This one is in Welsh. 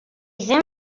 ddim